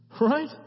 right